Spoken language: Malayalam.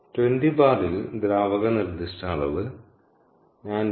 20 ബാറിൽ ദ്രാവക നിർദ്ദിഷ്ട അളവ് 908